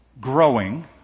growing